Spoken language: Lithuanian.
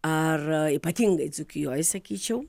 ar ypatingai dzūkijoj sakyčiau